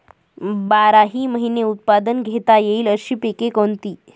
बाराही महिने उत्पादन घेता येईल अशी पिके कोणती?